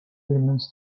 remains